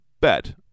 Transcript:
bet